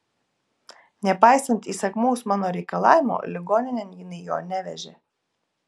nepaisant įsakmaus mano reikalavimo ligoninėn jinai jo nevežė